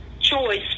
choice